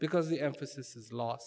because the emphasis is l